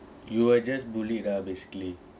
you were just bullied lah basically